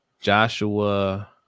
Joshua